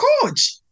coach